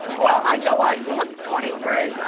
well, i know i look twenty three.